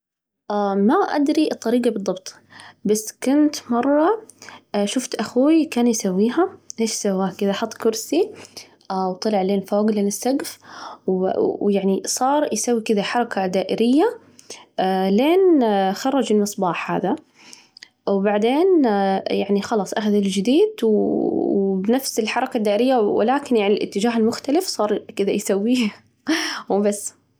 ما أدري الطريقة بالضبط، بس كنت مرة شفت أخوي كان يسويها، إيش سواه؟ كذا حط كرسي وطلع لين فوق لين السجف، ويعني صار يسوي كذا حركة دائرية، لين خرج المصباح هذا ، وبعدين يعني خلاص أخذ الجديد وبنفس الحركة الدائرية ولكن يعني الإتجاه المختلف، صار كذا يسويه وبس.